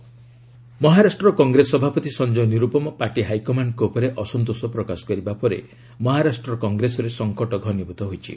ମହା କଂଗ୍ରେସ ମହାରାଷ୍ଟ୍ର କଂଗ୍ରେସ ସଭାପତି ସଞ୍ଜୟ ନିରୂପମ ପାର୍ଟି ହାଇକମାଣ୍ଡଙ୍କ ଉପରେ ଅସନ୍ତୋଷ ପ୍ରକାଶ କରିବା ପରେ ମହାରାଷ୍ଟ୍ର କଂଗ୍ରେସରେ ସଂକଟ ଘନୀଭୂତ ହୋଇଛି